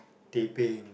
teh peng